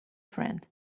friend